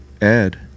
Ed